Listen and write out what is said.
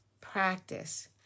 practice